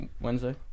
Wednesday